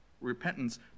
repentance